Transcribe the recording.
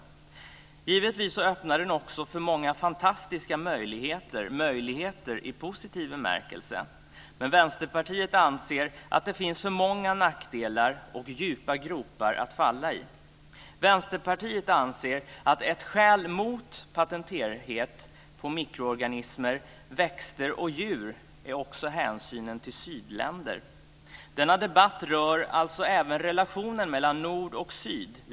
Givetvis öppnar den också för många fantastiska möjligheter, möjligheter i positiv bemärkelse. Men Vänsterpartiet anser att det finns för många nackdelar och djupa gropar att falla i. Vänsterpartiet anser att ett skäl mot patentbarhet på mikroorganismer, växter och djur är hänsyn till sydländer. Denna debatt rör alltså även relationen mellan nord och syd.